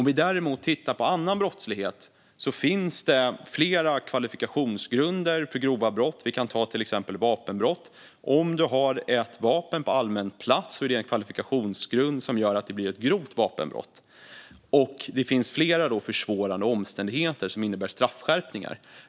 Vad gäller annan brottslighet finns det flera kvalifikationsgrunder för grova brott, till exempel vapenbrott. Om du bär vapen på allmän plats är det en kvalifikationsgrund som gör att det blir ett grovt vapenbrott. Det finns flera försvårande omständigheter som innebär straffskärpningar.